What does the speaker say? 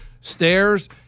stairs